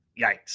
Yikes